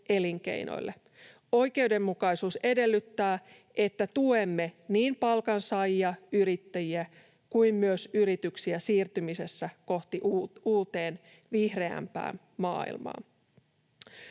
Oikeudenmukaisuus edellyttää, että tuemme niin palkansaajia, yrittäjiä kuin myös yrityksiä siirtymisessä kohti uutta, vihreämpää maailmaa.